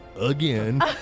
again